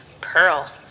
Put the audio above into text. pearl